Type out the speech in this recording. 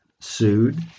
sued